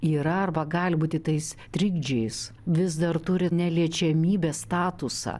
yra arba gali būti tais trikdžiais vis dar turi neliečiamybės statusą